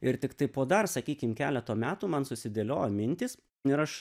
ir tiktai po dar sakykim keleto metų man susidėliojo mintys ir aš